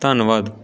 ਧੰਨਵਾਦ